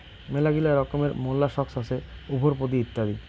মেলাগিলা রকমের মোল্লাসক্স হসে উভরপদি ইত্যাদি